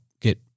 get